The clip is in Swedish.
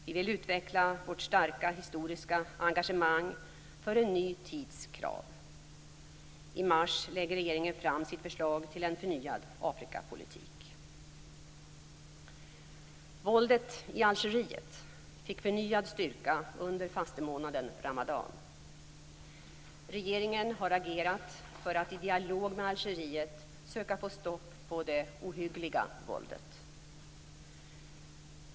Vi vill utveckla vårt starka historiska engagemang för en ny tids krav. I mars lägger regeringen fram sitt förslag till en förnyad Våldet i Algeriet fick förnyad styrka under fastemånaden Ramadan. Regeringen har agerat för att i dialog med Algeriet söka få stopp på det ohyggliga våldet.